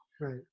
Right